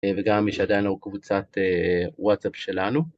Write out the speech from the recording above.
וגם מי שעדיין לא בקבוצת וואטסאפ שלנו...